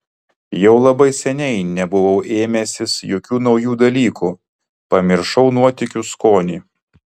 jau labai seniai nebuvau ėmęsis jokių naujų dalykų pamiršau nuotykių skonį